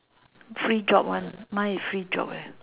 free job [one] mine is free job leh